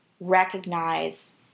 recognize